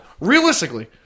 Realistically